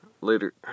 Later